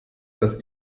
das